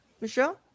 Michelle